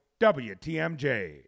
WTMJ